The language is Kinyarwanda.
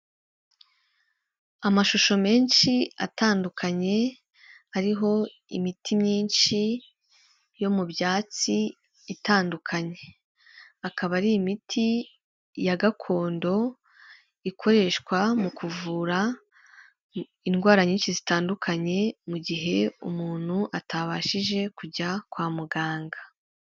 Amashusho menshi atandukanye, ariho imiti myinshi yo mu byatsi itandukanye. Akaba ari imiti ya gakondo, ikoreshwa mu kuvura indwara nyinshi zitandukanye, mu gihe umuntu atabashije kujya kwa muganga.